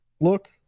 look